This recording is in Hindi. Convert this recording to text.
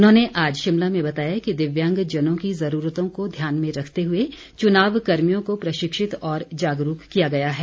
उन्होंने आज शिमला में बताया कि दिव्यांगजनों की ज़रूरतों को ध्यान में रखते हुए चुनाव कर्मियों को प्रशिक्षित और जागरूक किया गया है